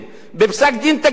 בפסק-דין תקדימי.